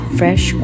fresh